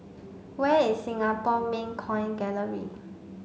where is Singapore Mint Coin Gallery